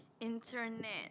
internet